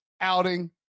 outing